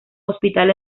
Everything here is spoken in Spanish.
hospital